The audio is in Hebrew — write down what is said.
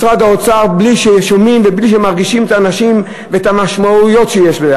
משרד האוצר בלי ששומעים ובלי שמרגישים את האנשים ואת המשמעויות שיש בזה.